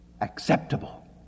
acceptable